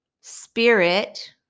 spirit